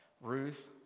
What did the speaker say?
Ruth